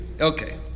Okay